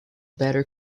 better